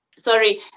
sorry